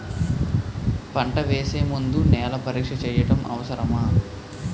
పంట వేసే ముందు నేల పరీక్ష చేయటం అవసరమా?